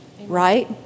Right